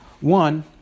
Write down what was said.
One